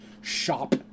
shop